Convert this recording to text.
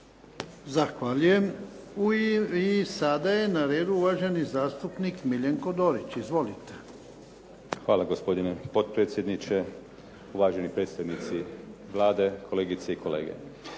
Zahvaljujem. I sada je na redu uvaženi zastupnik Miljenko Dorić. Izvolite. **Dorić, Miljenko (HNS)** Hvala gospodine potpredsjedniče, uvaženi predstavnici Vlade, kolegice i kolege.